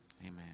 Amen